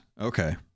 Okay